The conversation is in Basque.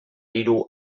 hiru